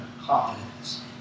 confidence